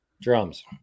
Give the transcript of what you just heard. Drums